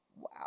Wow